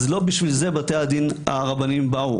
אז לא בשביל זה בתי הדין הרבניים באו.